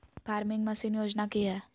Farming machine योजना कि हैय?